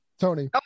Tony